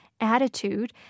attitude